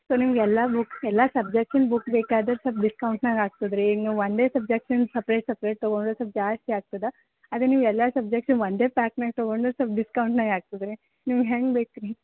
so ನಿಮ್ಗೆ ಎಲ್ಲ book ಎಲ್ಲ ಸಬ್ಜೆಕ್ಟಿನ ಬುಕ್ ಬೇಕಾದರೆ ಸೊಲ್ಪ ಡಿಸ್ಕೌಂಟ್ನಾಗ ಆಗ್ತದೆ ರೀ ನೀವು ಒಂದೇ ಸಬ್ಜೆಕ್ಟಿಂದು ಸಪ್ರೇಟ್ ಸಪ್ರೇಟ್ ತಗೊಂಡರೆ ಸೊಲ್ಪ ಜಾಸ್ತಿ ಆಗ್ತದೆ ಅದೇ ನೀವು ಎಲ್ಲ ಸಬ್ಜೆಕ್ಟಿಂದು ಒಂದೇ ಪ್ಯಾಕ್ ಮೇಲೆ ತಗೊಂಡರೆ ಸೊಲ್ಪ ಡಿಸ್ಕೌಂಟ್ನಾಗ ಆಗ್ತದೆ ರೀ ನಿಮಿಗೆ ಹೆಂಗೆ ಬೇಕು ರೀ